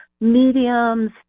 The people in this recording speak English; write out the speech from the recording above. mediums